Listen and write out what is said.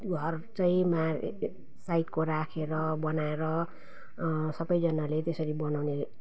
घर चाहिँ मा साइडको राखेर बनाएर सबैजनाले त्यसरी बनाउने